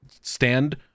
stand